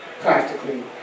practically